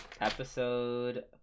episode